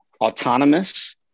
autonomous